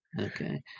Okay